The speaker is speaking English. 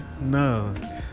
No